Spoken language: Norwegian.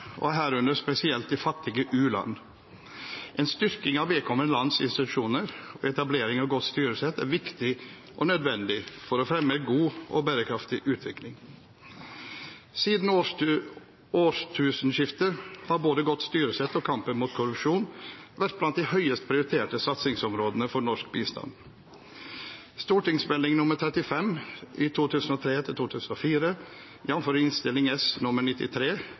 og det bidrar til en urettferdig ressursfordeling i samfunnet. Dette er dessverre nokså utbredt i mange land, herunder spesielt i fattige u-land. En styrking av vedkommende lands institusjoner og etablering av godt styresett er viktig og nødvendig for å fremme god og bærekraftig utvikling. Siden årtusenskiftet har både godt styresett og kampen mot korrupsjon vært blant de høyest prioriterte satsingsområdene for norsk bistand. St.meld. nr. 35 for 2003–2004 og Innst. S.